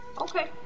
Okay